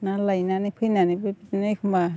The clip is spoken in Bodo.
ना लायनानै फैनानैबो बिदिनो एखमब्ला